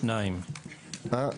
הצבעה בעד 4 נמנעים 2 אושר.